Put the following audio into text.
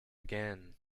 again